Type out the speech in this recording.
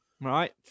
Right